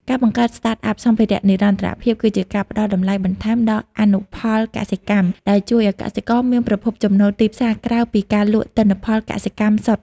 ការបង្កើត Startup សម្ភារៈនិរន្តរភាព គឺជាការផ្ដល់តម្លៃបន្ថែមដល់អនុផលកសិកម្ម ដែលជួយឱ្យកសិករមានប្រភពចំណូលទីពីរក្រៅពីការលក់ទិន្នផលកសិកម្មសុទ្ធ។